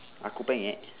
aku penyet